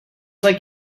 like